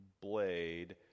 blade